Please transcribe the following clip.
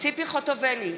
ציפי חוטובלי,